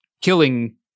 killing